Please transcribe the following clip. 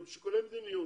מדיניות,